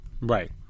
Right